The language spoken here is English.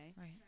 Right